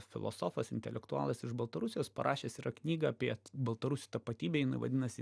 filosofas intelektualas iš baltarusijos parašęs yra knygą apie baltarusių tapatybę jinai vadinasi